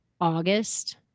August